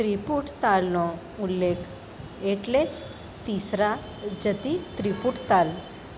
ત્રિપુટ તાલનો ઉલ્લેખ એટલે જ તીસરા જતિ ત્રિપુટ તાલ